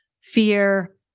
fear